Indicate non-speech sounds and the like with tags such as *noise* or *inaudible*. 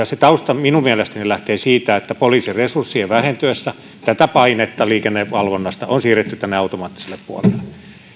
*unintelligible* se tausta minun mielestäni lähtee siitä että poliisin resurssien vähentyessä painetta liikennevalvonnasta on siirretty tänne automaattiselle puolelle